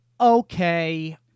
okay